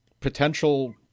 potential